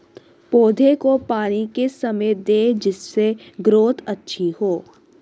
पौधे को पानी किस समय दें जिससे ग्रोथ अच्छी हो?